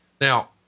Now